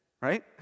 Right